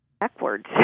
Backwards